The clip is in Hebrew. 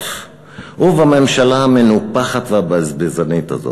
ובממשלה המנופחת והבזבזנית הזו.